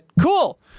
Cool